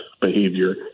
behavior